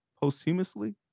posthumously